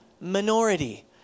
minority